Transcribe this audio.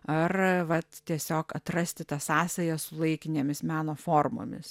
ar vat tiesiog atrasti tą sąsają su laikinėmis meno formomis